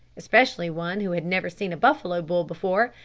especially one who had never seen a buffalo bull before,